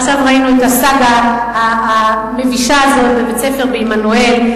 עכשיו ראינו את הסאגה המבישה הזו בבית-ספר בעמנואל.